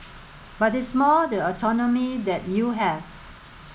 but it's more the autonomy that you have